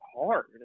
hard